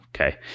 Okay